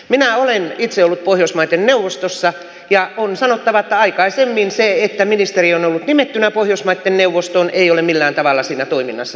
minä olen itse ollut pohjoismaiden neuvostossa ja on sanottava että aikaisemmin se että ministeri on ollut nimettynä pohjoismaitten neuvostoon ei ole millään tavalla siinä toiminnassa näkynyt